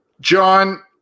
John